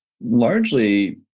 largely